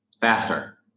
faster